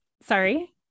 Sorry